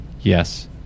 Yes